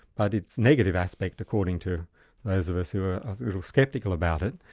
but its negative aspect, according to those of us who are a little sceptical about it,